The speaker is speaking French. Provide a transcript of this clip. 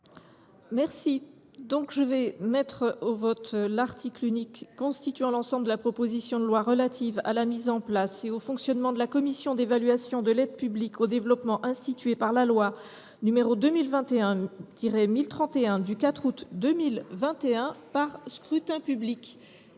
parole ?… Je mets aux voix l’article unique constituant l’ensemble de la proposition de loi relative à la mise en place et au fonctionnement de la commission d’évaluation de l’aide publique au développement instituée par la loi n° 2021 1031 du 4 août 2021. Je rappelle